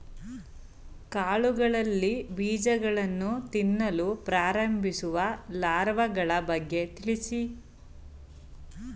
ಕಾಳುಗಳಲ್ಲಿ ಬೀಜಗಳನ್ನು ತಿನ್ನಲು ಪ್ರಾರಂಭಿಸುವ ಲಾರ್ವಗಳ ಬಗ್ಗೆ ತಿಳಿಸಿ?